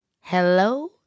Hello